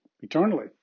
eternally